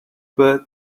bert